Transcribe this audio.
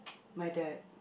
my dad